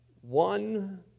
One